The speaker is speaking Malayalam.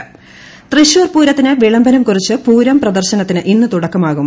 പൂരം പ്രദർശനം തൃശൂർ പൂരത്തിന് വിളംബരം കുറിച്ച് പൂരം പ്രദർശനത്തിന് ഇന്ന് തുടക്കമാകും